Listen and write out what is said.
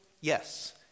yes